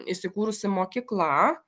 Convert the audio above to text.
įsikūrusi mokykla